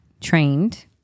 trained